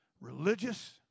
Religious